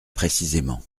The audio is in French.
précisément